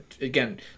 again